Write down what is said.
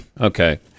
Okay